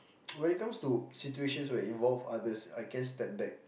when it comes to situation where involve others I can step back